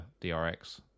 DRX